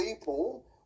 people